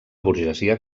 burgesia